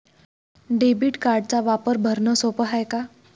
Debit कार्डचा वापर भरनं सोप हाय का?